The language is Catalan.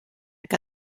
que